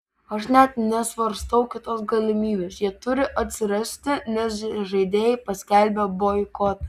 aš net nesvarstau kitos galimybės jie turi atsirasti nes žaidėjai paskelbė boikotą